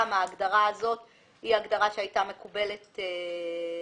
גם ההגדרה הזאת היא הגדרה שהייתה מקובלת עליכם.